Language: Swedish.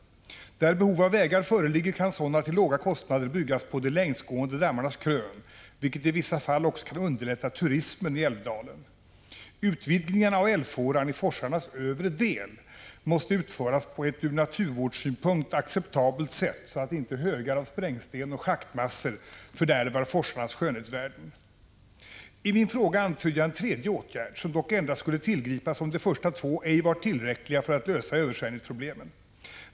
Där behov av vägar föreligger, kan sådana till låga kostnader byggas på de längsgående dammarnas krön, vilket i vissa fall också kan underlätta turismen i älvdalen. Utvidgningarna av älvfåran i forsarnas övre del måste utföras på ett ur naturvårdssynpunkt acceptabelt sätt, så att inte högar av sprängsten och schaktmassor fördärvar forsarnas skönhetsvärden. I min fråga antydde jag en tredje åtgärd, som dock endast skulle tillgripas om de första två ej var tillräckliga för att lösa översvämningsproblemen.